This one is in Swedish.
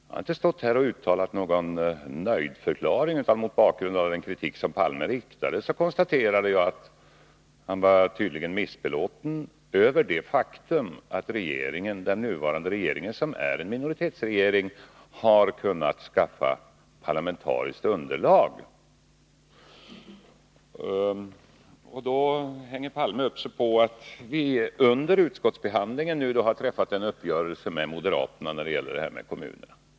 Jag har inte här avgett någon nöjdförklaring, utan mot bakgrund av den kritik Olof Palme riktade mot mig konstaterade jag att han tydligen var missbelåten över det faktum att den nuvarande regeringen — som är en minoritetsregering — har kunnat skaffa parlamentariskt underlag för sina förslag. Olof Palme hänger upp sig på att vi under utskottsbehandlingen har träffat en uppgörelse med moderaterna när det gäller kommunerna.